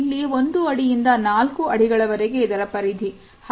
ಇಲ್ಲಿ ಒಂದು ಅಡಿಯಿಂದ ನಾಲ್ಕು ಅಡಿಗಳ ವರೆಗೆ ಇದರ ಪರಿಧಿ